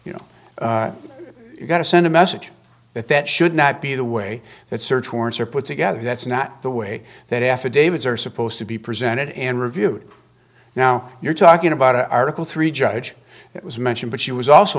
you know you've got to send a message that that should not be the way that search warrants are put together that's not the way that affidavits are supposed to be presented and reviewed now you're talking about article three judge it was mentioned but she was also